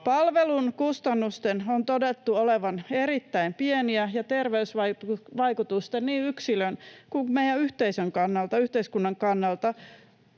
Palvelun kustannusten on todettu olevan erittäin pieniä ja terveysvaikutuksien niin yksilön kuin meidän yhteiskunnan kannalta